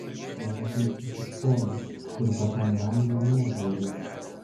tėvas nusišypsojo kur tokiam bambliui meilė rūpi